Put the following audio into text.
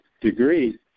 degree